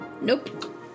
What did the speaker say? Nope